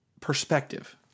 perspective